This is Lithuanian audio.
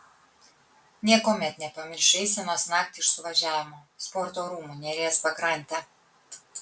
niekuomet nepamiršiu eisenos naktį iš suvažiavimo sporto rūmų neries pakrante